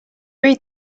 read